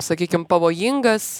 sakykim pavojingas